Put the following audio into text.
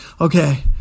okay